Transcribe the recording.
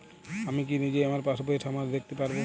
আমি কি নিজেই আমার পাসবইয়ের সামারি দেখতে পারব?